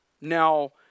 Now